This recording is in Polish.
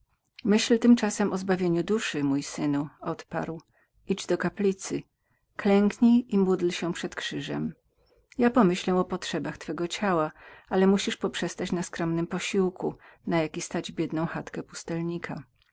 myśl tymczasem o zbawieniu duszy mój synu odparł idź do kaplicy klęknij i módl się przed krzyżem ja pomyślę o potrzebach twego ciała ale musisz poprzestać na skromnym posiłku na jaki stać biedną chatkę pustelnika